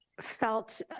felt